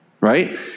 right